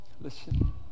Listen